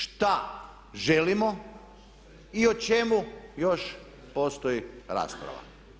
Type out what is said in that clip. Šta želimo i o čemu još postoji rasprava?